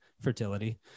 fertility